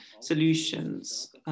solutions